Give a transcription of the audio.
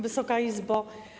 Wysoka Izbo!